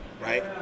Right